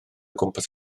gwmpas